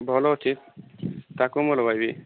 ଭଲ ଅଛି ତାକୁ ମୁଁ ଲଗାଇବି